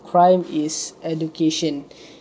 crime is education